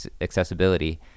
accessibility